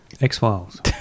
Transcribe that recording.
X-Files